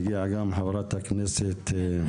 הגיעה גם חה"כ אמילי חיה מואטי.